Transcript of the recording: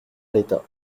l’état